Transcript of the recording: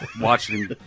watching